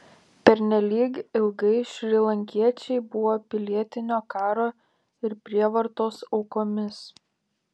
pernelyg ilgai šrilankiečiai buvo pilietinio karo ir prievartos aukomis